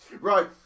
Right